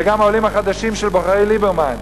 וגם העולים החדשים של בוחרי ליברמן.